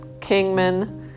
Kingman